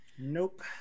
Nope